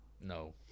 No